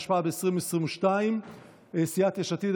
התשפ"ב 2022. סיעת יש עתיד,